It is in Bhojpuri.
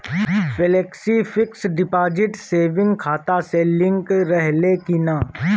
फेलेक्सी फिक्स डिपाँजिट सेविंग खाता से लिंक रहले कि ना?